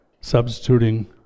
substituting